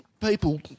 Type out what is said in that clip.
people